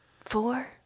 four